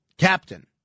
captain